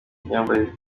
myambarire